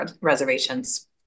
reservations